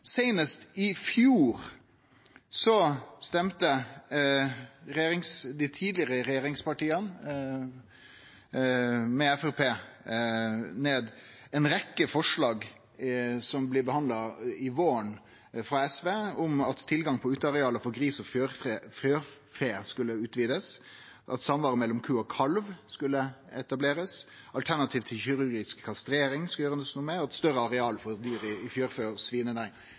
Seinast i fjor stemte dei tidlegare regjeringspartia, med Framstegspartiet, ned ei rekkje forslag frå SV som blei behandla på våren, om at tilgangen på uteareal for gris og fjørfe skulle utvidast, at samvær mellom ku og kalv skulle etablerast, at alternativ til kirurgisk kastrering skulle gjerast noko med, og at det skulle bli større areal per dyr i